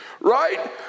Right